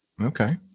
okay